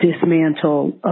dismantle